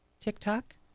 tiktok